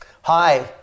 hi